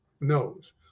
knows